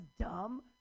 dumb